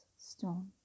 stone